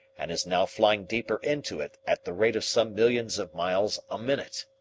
and is now flying deeper into it at the rate of some millions of miles a minute.